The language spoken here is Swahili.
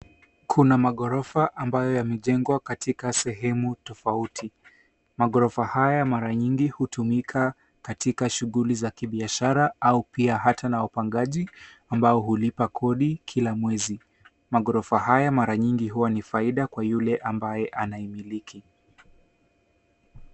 Kuna maghorofa ambaye yamejengwa katika sehemu tafauti. Maghorofa haya mara nyingi hutumika katika shughuli za kibiashara au pia hata na wapangaji ambao ulipa kodi kila mwezi. Maghorofa haya mara nyingi huwa ni faida kwa yule ambaye anayemiliki.